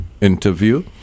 interview